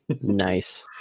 nice